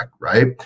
right